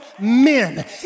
men